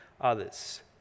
others